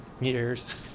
years